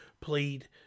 played